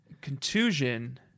contusion